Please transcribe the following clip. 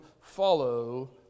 Follow